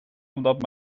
omdat